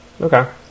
Okay